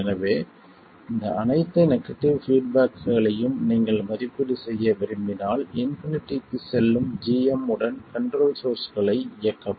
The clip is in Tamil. எனவே இந்த அனைத்து நெகடிவ் பீட்பேக்களையும் நீங்கள் மதிப்பீடு செய்ய விரும்பினால் இன்ஃபினிட்டிக்கு செல்லும் gm உடன் கண்ட்ரோல் சோர்ஸ்களை இயக்கவும்